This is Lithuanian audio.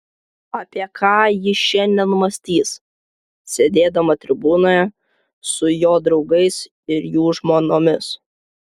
apie ką ji šiandien mąstys sėdėdama tribūnoje su jo draugais ir jų žmonomis